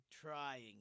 trying